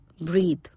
breathe